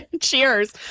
Cheers